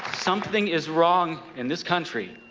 something is wrong in this country